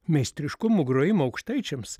meistriškumu grojimu aukštaičiams